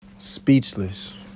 Speechless